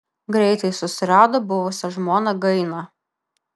greitai susirado buvusią žmoną gainą